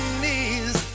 knees